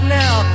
now